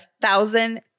thousand